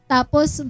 Tapos